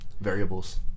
Variables